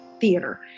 theater